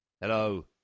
Hello